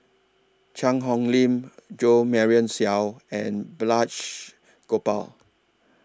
Cheang Hong Lim Jo Marion Seow and Balraj Gopal